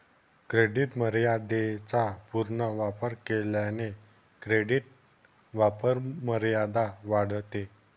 credit मर्यादेचा पूर्ण वापर केल्याने क्रेडिट वापरमर्यादा वाढते